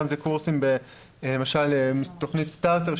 למשל תוכנית סטארטר,